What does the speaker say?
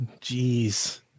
Jeez